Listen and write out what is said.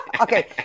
Okay